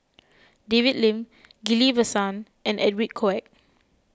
David Lim Ghillie Basan and Edwin Koek